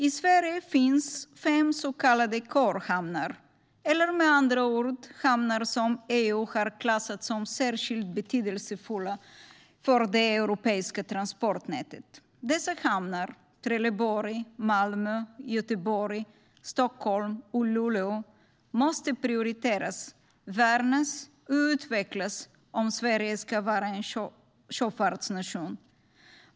I Sverige finns fem så kallade core-hamnar, eller med andra ord, hamnar som EU har klassat som särskilt betydelsefulla för det europeiska transportnätet. Dessa hamnar - Trelleborg, Malmö, Göteborg, Stockholm och Luleå - måste prioriteras, värnas och utvecklas om Sverige ska vara en sjöfartsnation.